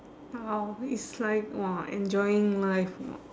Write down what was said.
!wow! it's like !wah! enjoying life !wah!